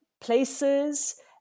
places